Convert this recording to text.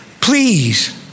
Please